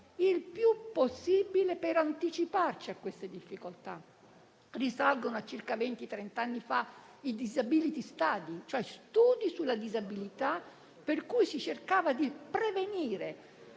il più possibile per anticiparci a queste difficoltà. Risalgono a circa venti-trent'anni fa i *disability study,* cioè gli studi sulla disabilità con cui si cercava di prevenirla.